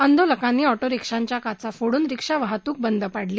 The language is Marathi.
आंदोलकांनी ऑटो रिक्षांच्या काचा फोडून रिक्षा वाहतूक बंद पाडली